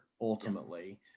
ultimately